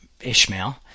Ishmael